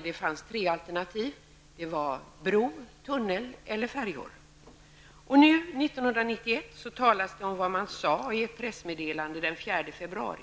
Det fanns tre alternativ: bro, tunnel eller färjor. Nu, 1991, talas det om vad man sade i ett pressmeddelande den 4 februari.